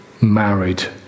married